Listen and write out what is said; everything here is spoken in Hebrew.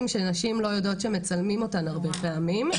שנשים לא יודעות שמצלמים אותן הרבה פעמים.